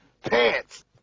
pants